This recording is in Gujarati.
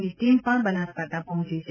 ની ટીમ પણ બનાસકાંઠા પહોંચી છે